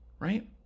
Right